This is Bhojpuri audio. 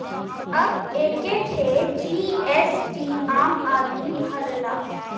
अब एक्के ठे जी.एस.टी आम आदमी भरला